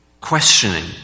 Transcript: questioning